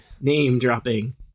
Name-dropping